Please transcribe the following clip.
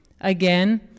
Again